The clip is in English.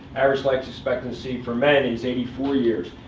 average life expectancy for men is eighty four years.